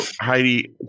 Heidi